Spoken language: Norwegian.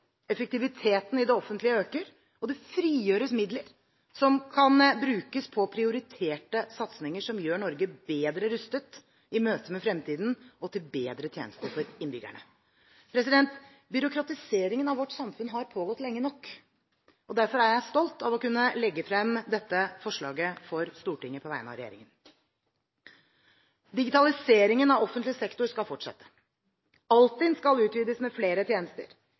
Effektiviteten i det offentlige øker. Det frigjøres midler som kan brukes på prioriterte satsinger som gjør Norge bedre rustet i møtet med fremtiden og til bedre tjenester for innbyggerne. Byråkratiseringen av vårt samfunn har pågått lenge nok. Derfor er jeg stolt av å kunne legge frem dette forslaget for Stortinget på vegne av regjeringen. Digitaliseringen av offentlig sektor skal fortsette. Altinn skal utvides med flere tjenester.